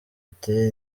ati